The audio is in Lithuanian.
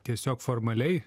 tiesiog formaliai